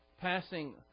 passing